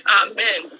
amen